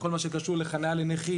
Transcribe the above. כל מה שקשור לחנייה לנכים,